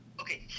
Okay